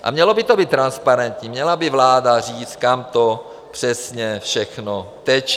A mělo by to být transparentní, měla by vláda říct, kam to přesně všechno teče.